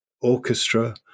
orchestra